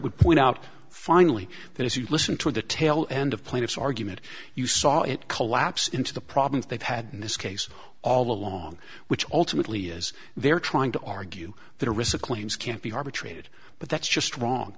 would point out finally that if you listen to the tail end of plaintiff's argument you saw it collapse into the problems they've had in this case all along which ultimately is they're trying to argue that aristocles can't be arbitrated but that's just wrong